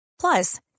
Plus